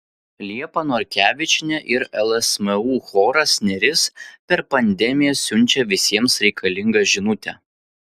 liepa norkevičienė ir lsmu choras neris per pandemiją siunčia visiems reikalingą žinutę